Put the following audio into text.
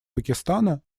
пакистана